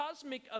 cosmic